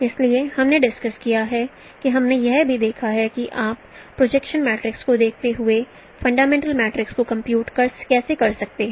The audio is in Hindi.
इसलिए हमने डिस्कस किया है और हमने यह भी दिखाया है कि आप प्रोजेक्शन मैट्रिक्स को देखते हुए फंडामेंटल मैट्रिक्स को कंप्यूट कैसे कर सकते हैं